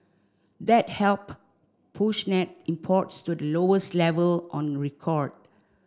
that help push net imports to the lowest level on record